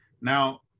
Now